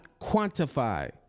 quantify